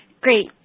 Great